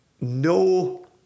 no